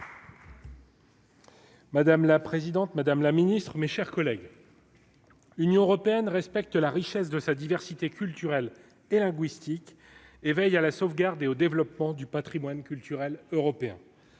Madame la présidente, Madame la Ministre, mes chers collègues, Union européenne respecte la richesse de sa diversité culturelle et linguistique, et veille à la sauvegarde et au développement du Patrimoine culturel européen